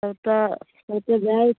सबटा जाइ